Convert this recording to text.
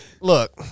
look